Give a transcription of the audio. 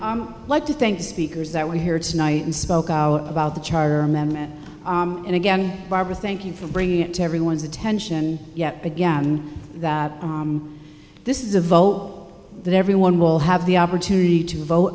i like to think speakers that were here tonight and spoke out about the charter member and again barbara thank you for bringing it to everyone's attention yet again that this is a vote that everyone will have the opportunity to vote